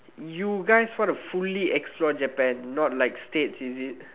you guys want to fully explore Japan not like states is it